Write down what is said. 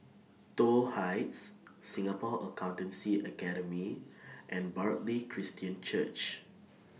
Toh Heights Singapore Accountancy Academy and Bartley Christian Church